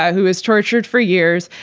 ah who was tortured for years,